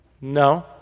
No